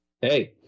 Hey